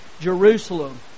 Jerusalem